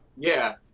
yeah.